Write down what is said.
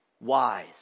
wise